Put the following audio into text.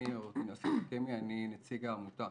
אני עורך דין יוסי חכימי, ואני נציג העמותה: